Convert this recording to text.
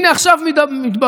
והינה, עכשיו מתברר